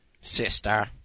Sister